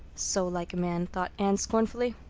so like a man, thought anne scornfully.